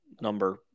number